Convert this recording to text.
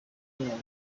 babo